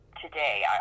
today